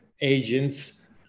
agents